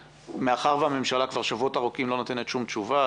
מאחר והממשלה כבר שבועות ארוכים לא נותנת שום תשובה,